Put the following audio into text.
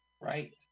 Right